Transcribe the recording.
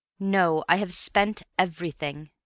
no. i have spent everything.